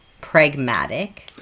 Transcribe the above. pragmatic